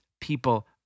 people